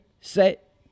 set